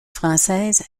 française